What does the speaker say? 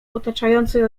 otaczającej